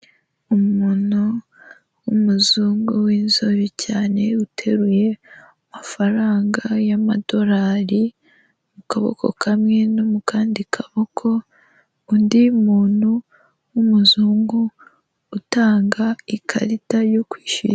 Umuntu w'umuzungu w'inzobe cyane uteruye amafaranga y'amadorari mu kaboko kamwe no mu kandi kaboko. Undi muntu w'umuzungu utanga ikarita yo kwishyura.